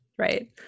Right